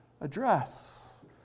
address